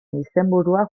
izenburua